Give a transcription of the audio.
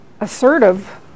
assertive